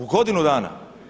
U godinu dana.